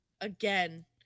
Again